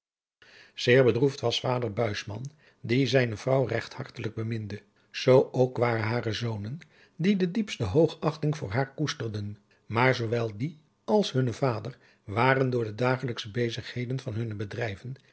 zeer bedroefd was vader buisman die zijne vrouw regt hartelijk beminde zoo ook waren hare zonen die de diepste hoogachting voor haar koesterden maar zoowel die als hunne vader waren door de dagelijksche bezigheden van hunne bedrijven